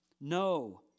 No